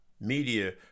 media